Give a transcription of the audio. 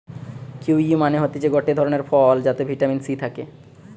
kiwi মানে হতিছে গটে ধরণের ফল যাতে ভিটামিন সি থাকে